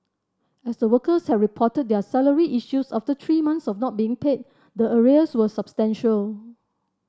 as the workers had reported their salary issues after three months of not being paid the arrears were substantial